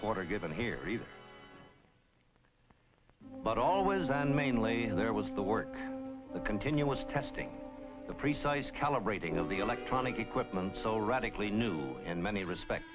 quarter given here either but always on mainly there was the work of continuous testing the precise calibrating of the electronic equipment so radically new in many respects